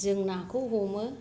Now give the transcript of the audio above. जों नाखौ हमो